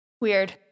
Weird